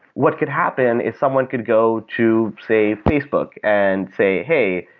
what could happen if someone could go to, say, facebook and say, hey,